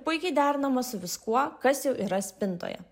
puikiai derinama su viskuo kas jau yra spintoje